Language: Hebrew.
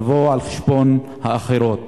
לבוא על חשבון האחרות.